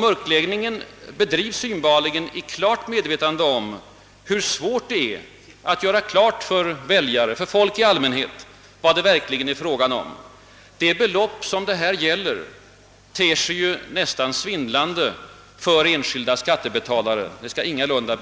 Mörkläggningen bedrives uppenbarligen i fullt medvetande om hur svårt det är att göra klart för väljare och folk i allmänhet vad det verkligen är fråga om. Det belopp det här gäller ter sig nästan svindlande för enskilda skattebetalare, det skall ingalunda